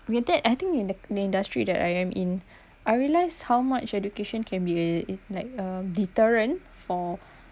with that I think in the industry that I am in I realised how much education can be uh like a deterrent for